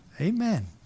Amen